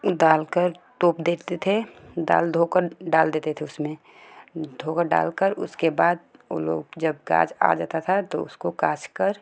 डाल कर तोप देते थे दाल धोकर डाल देते थे उसमें धोकर डाल कर उसके बाद उ लोग जब गाज आ जाता था उसको काछ कर